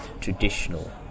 traditional